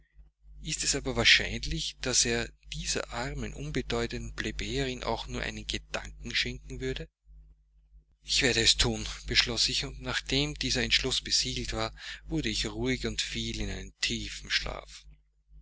ist es aber wahrscheinlich daß er dieser armen unbedeutenden plebejerin auch nur einen gedanken schenken würde ich werde es thun beschloß ich und nachdem dieser entschluß besiegelt war wurde ich ruhig und fiel in einen tiefen schlaf